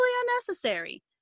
unnecessary